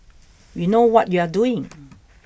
we know what you are doing